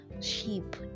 Sheep